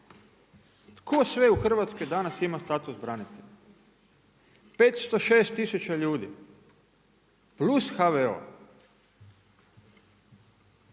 Tko sve u Hrvatskoj danas ima status branitelja? 506 tisuća ljudi + HVO.